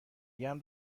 گرم